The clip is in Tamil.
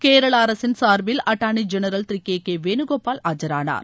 கேரள அரசின் சார்பில் அட்டர்னி ஜென்ரல் திரு கே கே வேணுகோபால் ஆஜானார்